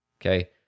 okay